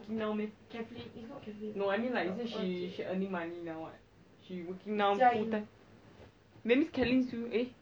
your fixed deposit is D_B_S [one]